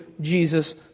Jesus